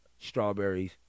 strawberries